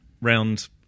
round